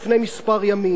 בחור בן 18,